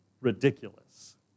ridiculous